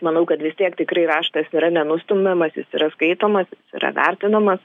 manau kad vis tiek tikrai raštas yra nenustumiamas jis yra skaitomas yra vertinamas